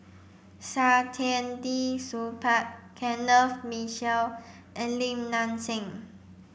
Saktiandi Supaat Kenneth Mitchell and Lim Nang Seng